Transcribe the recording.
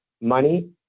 money